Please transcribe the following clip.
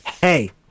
Hey